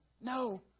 No